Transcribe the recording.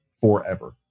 forever